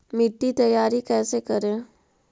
मिट्टी तैयारी कैसे करें?